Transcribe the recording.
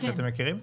אתם מכירים?